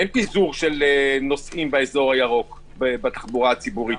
אין פיזור נוסעים באזור הירוק בתחבורה הציבורית.